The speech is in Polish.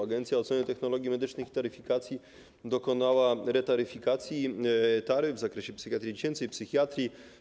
Agencja Oceny Technologii Medycznych i Taryfikacji dokonała retaryfikacji taryf w zakresie psychiatrii dziecięcej, psychiatrii.